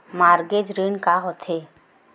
Mortgage ऋण का होथे?